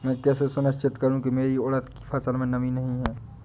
मैं कैसे सुनिश्चित करूँ की मेरी उड़द की फसल में नमी नहीं है?